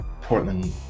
Portland